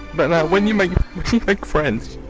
but now when you make like friends